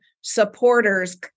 supporters